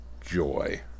joy